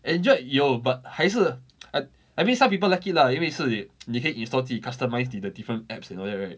enjoy your but 还是 I I mean some people like it lah 因为是你可以 install customize 你的 different apps you know that right